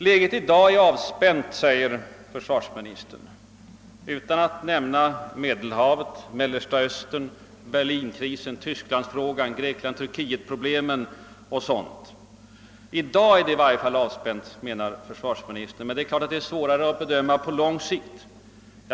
Läget i dag är avspänt, säger försvarsministern utan att nämna Medelhavet, Mellersta Östern, berlinkrisen, tysklandsfrågan, Grekland—Turkiet problemet etc. Det är naturligtvis svårare att bedöma läget på långt sikt.